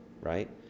right